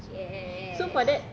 yes